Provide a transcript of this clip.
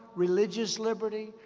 religious liberty,